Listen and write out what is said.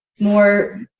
more